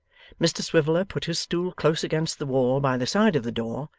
mr swiveller put his stool close against the wall by the side of the door,